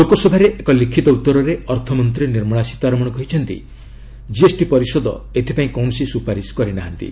ଲୋକସଭାରେ ଏକ ଲିଖିତ ଉତ୍ତରରେ ଅର୍ଥମନ୍ତ୍ରୀ ନିର୍ମଳା ସୀତାରମଣ କହିଛନ୍ତି ଜିଏସ୍ଟି ପରିଷଦ ଏଥିପାଇଁ କୌଣସି ସୁପାରିଶ କରିନାହାନ୍ତି